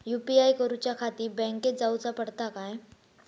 UPI करूच्याखाती बँकेत जाऊचा पडता काय?